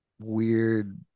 weird